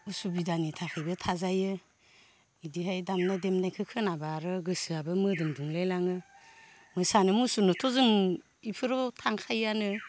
उसुबिदानि थाखैबो थाजायो इदिहाय दामनाय देनायखो खोनाब्ला आरो गोसोआबो मोदोम दुंलाय लाङो मोसानो मुसुरनोथ' जों इफोराव थांखायोआनो